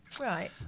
Right